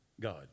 God